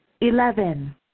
eleven